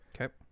Okay